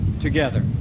together